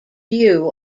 view